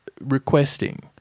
requesting